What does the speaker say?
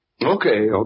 Okay